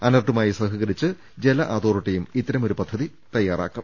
അനർട്ടുമാസി സഹകരിച്ച് ജല അതോറിറ്റിയും ഇത്തരമൊരു പദ്ധതി തയ്യാറാ ക്കും